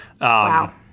Wow